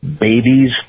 babies